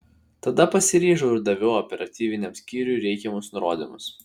tada pasiryžau ir daviau operatyviniam skyriui reikiamus nurodymus